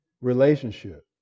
relationship